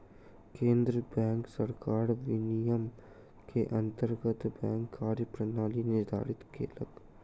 केंद्रीय बैंक सरकार विनियम के अंतर्गत बैंकक कार्य प्रणाली निर्धारित केलक